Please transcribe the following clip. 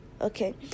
okay